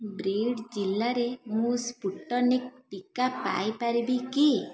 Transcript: Brit ଜିଲ୍ଲାରେ ମୁଁ Sputnik ଟିକା ପାଇପାରିବି କି